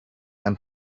and